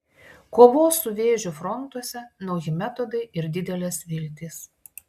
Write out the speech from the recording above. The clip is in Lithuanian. kovos su vėžiu frontuose nauji metodai ir didelės viltys